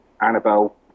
Annabelle